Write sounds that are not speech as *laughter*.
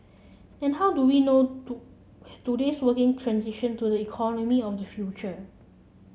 and how do we know *unintelligible* today's working transition to the economy of the future